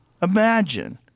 Imagine